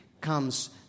comes